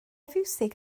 fiwsig